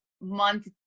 month